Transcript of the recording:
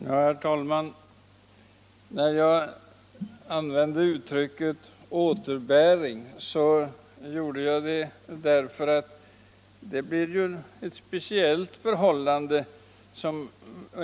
Herr talman! Jag använde uttrycket återbäring därför att det här är ett speciellt förhållande.